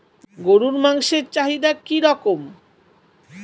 গরুর মাংসের চাহিদা কি রকম?